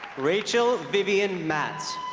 rachel vivien matz